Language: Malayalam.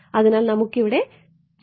അതിനാൽ നമുക്ക് ഇവിടെ ജ്യാമിതി നോക്കാം